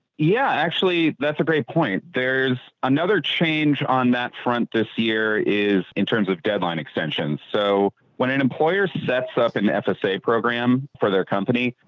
yeah, actually, that's a great point. there's another change on that front this year is in terms of deadline extensions. so when an employer sets up and an fsa program for their company,